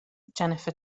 jennifer